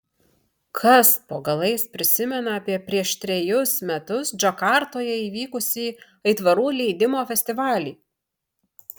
kas po galais prisimena apie prieš trejus metus džakartoje įvykusį aitvarų leidimo festivalį